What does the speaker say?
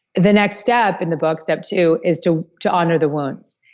the next step in the book, step two, is to to honor the wounds.